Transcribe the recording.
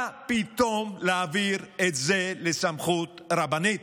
מה פתאום להעביר את זה לסמכות רבנית?